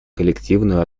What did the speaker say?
коллективную